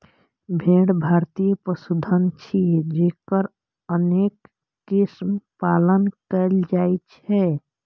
भेड़ भारतीय पशुधन छियै, जकर अनेक किस्मक पालन कैल जाइ छै